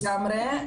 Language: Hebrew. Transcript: לגמרי.